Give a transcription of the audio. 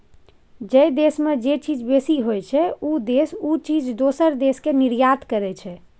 जइ देस में जे चीज बेसी होइ छइ, उ देस उ चीज दोसर देस के निर्यात करइ छइ